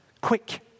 Quick